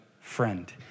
friend